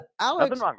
Alex